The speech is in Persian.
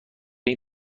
این